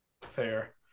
Fair